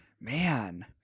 Man